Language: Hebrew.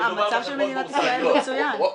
המצב של מדינת ישראל הוא מצוין.